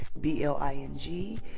b-l-i-n-g